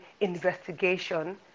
investigation